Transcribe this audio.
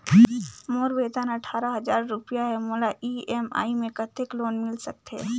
मोर वेतन अट्ठारह हजार रुपिया हे मोला ई.एम.आई मे कतेक लोन मिल सकथे?